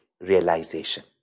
realization